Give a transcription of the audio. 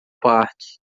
parque